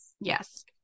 Yes